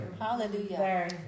Hallelujah